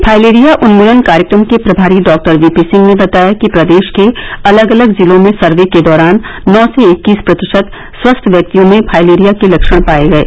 filaria उन्मूलन कार्यक्रम के प्रमारी डॉक्टर वीपी सिंह ने बताया कि प्रदेश के अलग अलग जिलों में सर्वे के दौरान नौ से इक्कीस प्रतिशत स्वस्थ व्यक्तियों में फाइलेरिया के लक्षण पाये गये